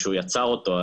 כשהוא יצר אותו,